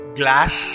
glass